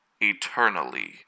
Eternally